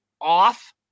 off